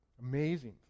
Amazing